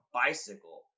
bicycle